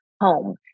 home